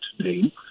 name